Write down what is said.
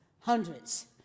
hundreds